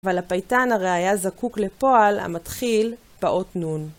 ועל הפייטן הרי היה זקוק לפועל המתחיל באות נון.